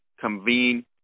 convene